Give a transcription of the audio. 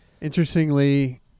Interestingly